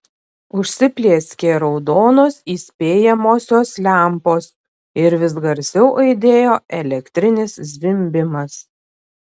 užsiplieskė raudonos įspėjamosios lempos ir vis garsiau aidėjo elektrinis zvimbimas